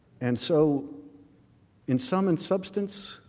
and so in sum and substance